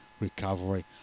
recovery